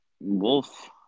wolf